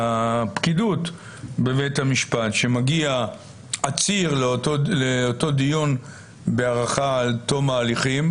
לפקידות בבית המשפט שמגיע עציר לאותו דיון בהארכה עד תום ההליכים.